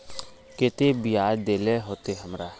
केते बियाज देल होते हमरा?